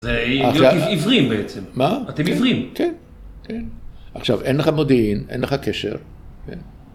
‫זה להיות עיוורים בעצם. ‫אתם עיוורים. ‫-כן, כן. ‫עכשיו, אין לך מודיעין, ‫אין לך קשר.